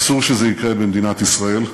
אסור שזה יקרה במדינת ישראל.